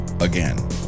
again